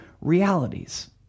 realities